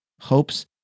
hopes